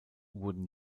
wurden